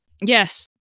Yes